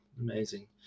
amazing